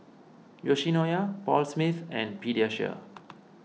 Yoshinoya Paul Smith and Pediasure